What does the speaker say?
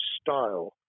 style